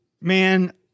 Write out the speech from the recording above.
Man